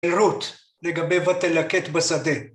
ברות ותלקט בשדה.